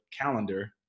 calendar